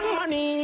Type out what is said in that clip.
Money